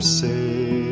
say